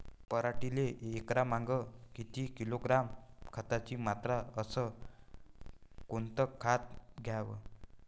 पराटीले एकरामागं किती किलोग्रॅम खताची मात्रा अस कोतं खात द्याव?